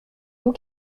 vous